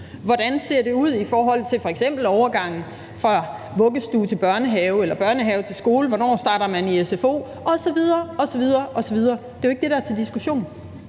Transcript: Hvordan ser det ud i forhold til f.eks. overgangen fra vuggestue til børnehave eller børnehave til skole? Hvornår starter man i sfo osv. osv? Det er jo ikke det, der er til diskussion.